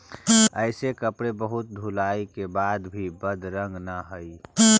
ऐसे कपड़े बहुत धुलाई के बाद भी बदरंग न हई